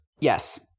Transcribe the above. yes